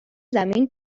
زمین